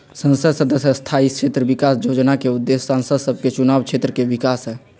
संसद सदस्य स्थानीय क्षेत्र विकास जोजना के उद्देश्य सांसद सभके चुनाव क्षेत्र के विकास हइ